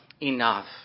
enough